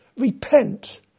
repent